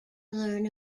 learn